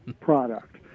product